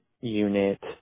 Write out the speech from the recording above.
unit